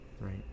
Right